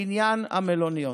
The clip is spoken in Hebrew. בעניין המלוניות,